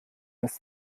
ist